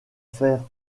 faire